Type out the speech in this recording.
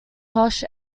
koch